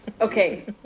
Okay